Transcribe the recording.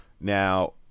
Now